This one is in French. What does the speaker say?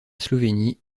slovénie